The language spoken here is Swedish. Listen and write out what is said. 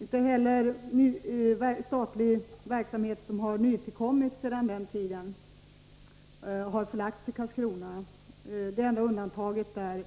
Inte heller statlig verksamhet som har nytillkommit sedan den tiden har förlagts till Karlskrona. Det enda undantaget är